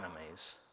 enemies